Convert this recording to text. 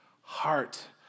heart